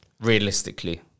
Realistically